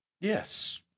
Yes